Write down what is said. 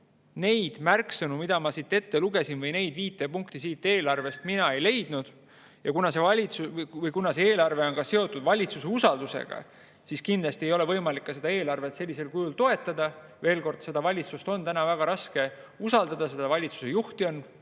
neid märksõnu, mida ma ette lugesin – või neid viit punkti – siit eelarvest mina ei leidnud. Ja kuna see eelarve on seotud valitsuse usaldamisega, siis kindlasti ei ole võimalik seda eelarvet sellisel kujul toetada. Veel kord: seda valitsust on täna väga raske usaldada, seda valitsuse juhti on